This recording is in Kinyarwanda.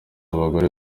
abagore